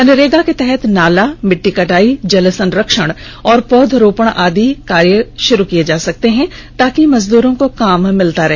मनरेगा के तहत नाला मिट्टी कटाई जलसंरक्षण और पौधरोपण आदि जैसे कार्य शुरू किए जा सकते हैं ताकि मजदूरों को काम मिलता रहे